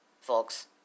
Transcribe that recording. folks